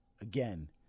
again